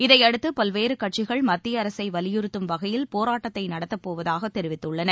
இதையடுத்து பல்வேறு கட்சிகள் மத்திய அரசை வலியுறுத்தும் வகையில் போராட்டத்தை நடத்தப் போவதாக தெரிவித்துள்ளன